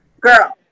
girl